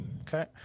Okay